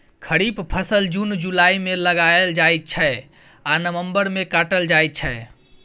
खरीफ फसल जुन जुलाई मे लगाएल जाइ छै आ नबंबर मे काटल जाइ छै